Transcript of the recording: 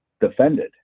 defended